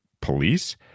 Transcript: police